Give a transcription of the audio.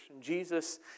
Jesus